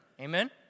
Amen